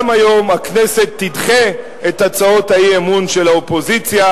גם היום הכנסת תדחה את הצעות האי-אמון של האופוזיציה,